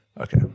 Okay